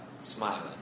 smiling